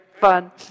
fun